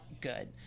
good